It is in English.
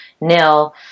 nil